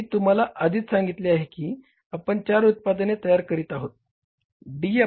मी तुम्हाला आधीच सांगितली आहे की आपण चार उत्पादने तयार करीत आहोत